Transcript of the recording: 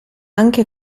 anche